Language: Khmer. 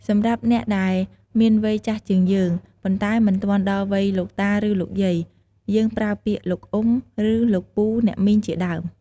សម្រាប់អ្នកដែលមានវ័យចាស់ជាងយើង ប៉ុន្តែមិនទាន់ដល់វ័យលោកតាឬលោកយាយ យើងប្រើពាក្យ លោកអ៊ុំ ឬ លោកពូអ្នកមីងជាដើម។